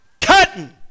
Cutting